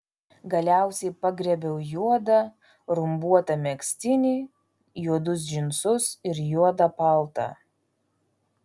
galiausiai pagriebiau juodą rumbuotą megztinį juodus džinsus ir juodą paltą